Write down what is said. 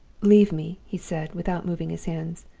leave me he said, without moving his hands.